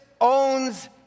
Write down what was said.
owns